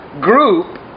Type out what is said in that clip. group